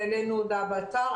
והעלינו הודעה באתר.